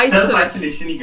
Self-isolation